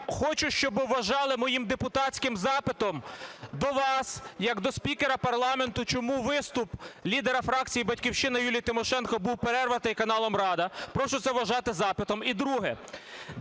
хочу, щоби вважали моїм депутатським запитом до вас як до спікера парламенту, чому виступ лідера фракції "Батьківщина" Юлії Тимошенко був перерваний каналом "Рада", прошу це вважати запитом.